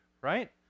right